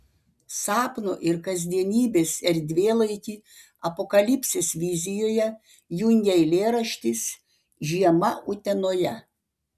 sapno ir kasdienybės erdvėlaikį apokalipsės vizijoje jungia eilėraštis žiema utenoje